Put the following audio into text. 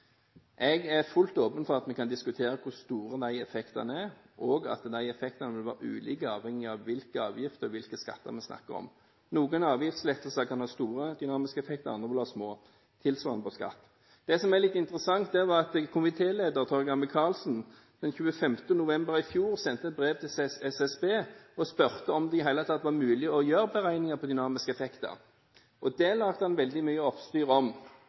Jeg er fullt ut åpen for at vi kan diskutere hvor store de effektene er, og at de effektene er ulike avhengig av hvilke avgifter og hvilke skatter vi snakker om. Noen avgiftslettelser kan ha store dynamiske effekter, andre vil ha små – tilsvarende på skatt. Det var litt interessant at komitéleder Torgeir Micaelsen 25. november i fjor sendte et brev til SSB og spurte om det i det hele tatt var mulig å gjøre beregninger på dynamiske effekter. Det laget han veldig mye oppstyr om.